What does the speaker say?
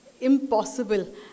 impossible